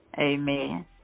Amen